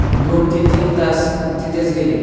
दोन ते तीन तास तिथेच गेले